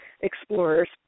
explorers